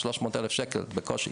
300,000 שקל בקושי.